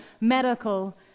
medical